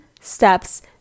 steps